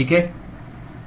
ठीक है